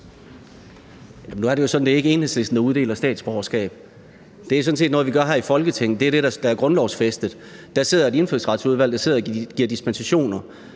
Nu er det jo sådan, at det ikke er Enhedslisten, der uddeler statsborgerskab. Det er sådan set noget, vi gør her i Folketinget. Det er grundlovsfæstet. Der sidder et indfødsretsudvalg og giver dispensationer.